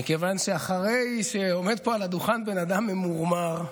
מכיוון שאחרי שעומד פה על הדוכן בן אדם ממורמר,